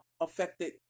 affected